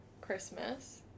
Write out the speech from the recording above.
Christmas